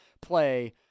play